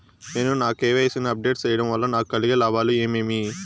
నేను నా కె.వై.సి ని అప్ డేట్ సేయడం వల్ల నాకు కలిగే లాభాలు ఏమేమీ?